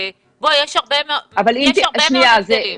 יש הרבה מאוד הבדלים.